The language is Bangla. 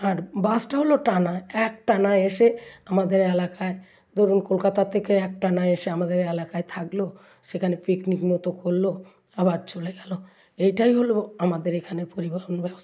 আর বাসটা হলো টানা এক টানা এসে আমাদের এলাকায় ধরুন কলকাতা থেকে এক টানা এসে আমাদের এলাকায় থাকলো সেখানে পিকনিক মতো করল আবার চলে গেলো এইটাই হলো আমাদের এখানে পরিবহণ ব্যবস